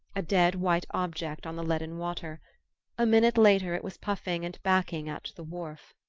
a dead-white object on the leaden water a minute later it was puffing and backing at the wharf.